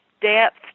depth